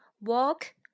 walk